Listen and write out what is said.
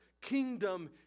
kingdom